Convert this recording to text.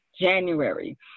January